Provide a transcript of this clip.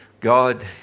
God